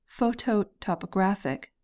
phototopographic